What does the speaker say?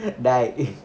die